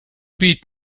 beat